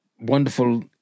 wonderful